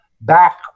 back